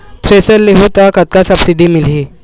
Thresher लेहूं त कतका सब्सिडी मिलही?